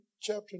chapter